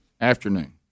afternoon